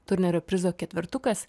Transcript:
turnerio prizo ketvertukas